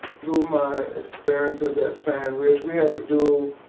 through my experiences at sand ridge, we had to do,